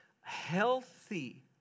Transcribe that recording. healthy